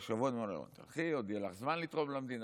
אמרתי לה: תלכי, עוד יהיה לך זמן לתרום למדינה.